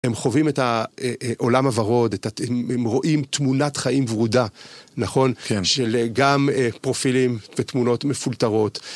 הם חווים את העולם הורוד, הם רואים תמונת חיים ורודה, נכון, של גם פרופילים ותמונות מפולטרות.